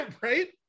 Right